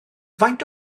faint